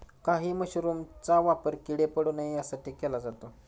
काही मशरूमचा वापर किडे पडू नये यासाठी केला जातो